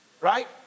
Right